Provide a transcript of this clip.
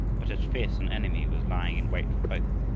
but as fierce an enemy was lying in wait for both,